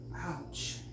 Ouch